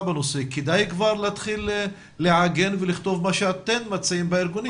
בנושא כדאי כבר להתחיל לעגן ולכתוב מה שאתם בארגונים מציעים.